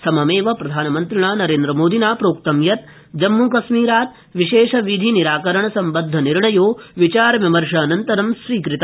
सममेव प्रधानमन्त्रिणा नरेन्द्रमोदिना प्रोक्तं यत् जम्मूकश्मीरात विशेषविधि निराकरण सम्बद्वनिर्णयो विचार विमर्शानन्तरं स्वीकृतः